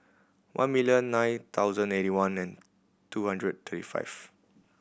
one million nine thousand eighty one and two hundred thirty five